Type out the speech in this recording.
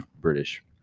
British